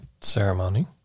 ceremony